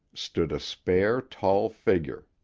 stood a spare, tall figure.